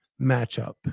matchup